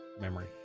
memory